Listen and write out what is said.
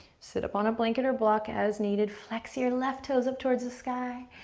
sit up on a blanket or block as needed, flex your left toes up towards the sky,